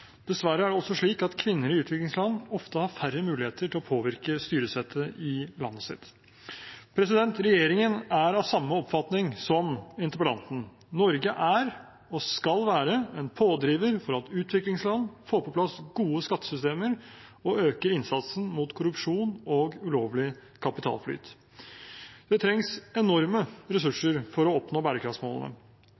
Dessverre er det også slik at kvinner i utviklingsland ofte har færre muligheter til å påvirke styresettet i landet sitt. Regjeringen er av samme oppfatning som interpellanten. Norge er og skal være en pådriver for at utviklingsland får på plass gode skattesystemer og øker innsatsen mot korrupsjon og ulovlig kapitalflyt. Det trengs enorme